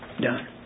done